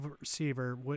receiver